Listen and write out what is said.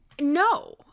No